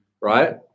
right